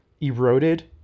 eroded